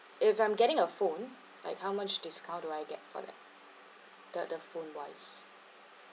if I'm getting a phone like how much discount do I get for that the the phone wise